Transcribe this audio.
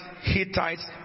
Hittites